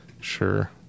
sure